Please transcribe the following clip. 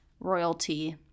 royalty